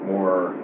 More